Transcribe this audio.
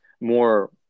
more